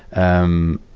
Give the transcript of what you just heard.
um,